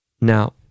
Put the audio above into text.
Now